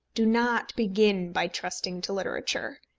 do not begin by trusting to literature.